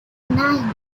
nine